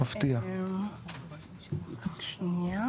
שלום לכולם.